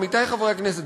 עמיתי חברי הכנסת,